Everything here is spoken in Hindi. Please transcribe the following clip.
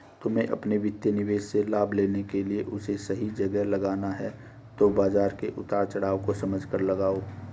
तुम्हे अपने वित्तीय निवेश से लाभ लेने के लिए उसे सही जगह लगाना है तो बाज़ार के उतार चड़ाव को समझकर लगाओ